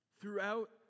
Throughout